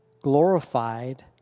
glorified